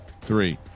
three